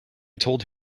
told